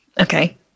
Okay